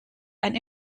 ein